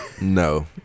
no